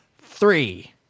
three